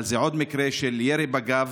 אבל זה עוד מקרה של ירי בגב.